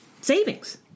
savings